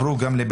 התשפ"א-2021,